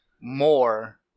more